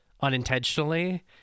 unintentionally